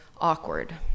awkward